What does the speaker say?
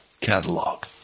catalog